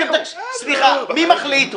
סליחה, מי מחליט?